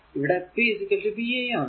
ഇവിടെ p VI ആണ്